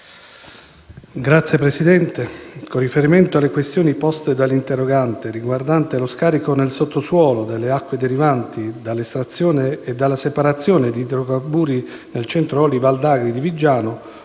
Signor Presidente, con riferimento alle questioni poste dall'interrogante, riguardante lo scarico nel sottosuolo delle acque derivanti dall'estrazione e dalla separazione di idrocarburi del Centro Olio Val d'Agri di Viggiano,